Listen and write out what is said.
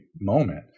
moment